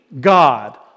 God